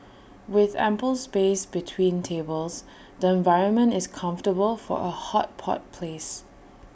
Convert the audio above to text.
with ample space between tables the environment is comfortable for A hot pot place